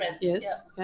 yes